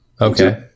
Okay